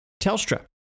Telstra